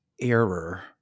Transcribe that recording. error